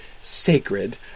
sacred